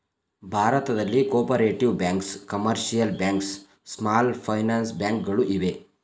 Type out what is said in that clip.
ಭಾರತದಲ್ಲಿ cooperative banks, commercial banks, small finance bank ಗಳು ಇವೆ